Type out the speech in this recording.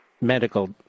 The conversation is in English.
medical